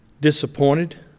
disappointed